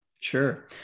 Sure